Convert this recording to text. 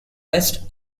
west